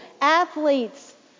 Athletes